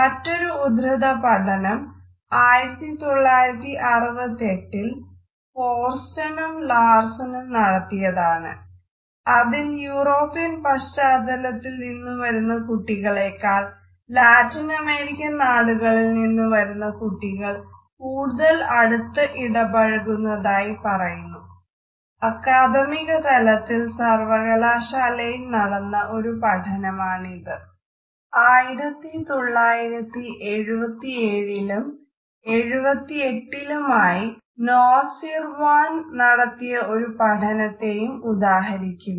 മറ്റൊരു ഉദ്ധൃതപഠനം 1968 ൽ ഫോർസ്റ്റണും ലാർസണും നടത്തിയ ഒരു പഠനത്തെയും ഉദാഹരിക്കുന്നു